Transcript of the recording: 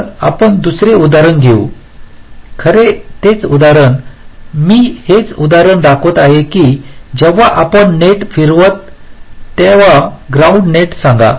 तर आपण दुसरे उदाहरण घेऊ खरं तेच उदाहरण मी हेच उदाहरण दाखवत आहे की जेव्हा आपण नेट फिरवता तेव्हा ग्राउंड नेट सांगा